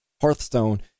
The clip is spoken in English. Hearthstone